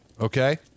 Okay